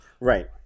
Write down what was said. Right